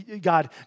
God